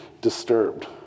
disturbed